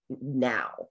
now